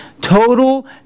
total